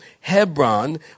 Hebron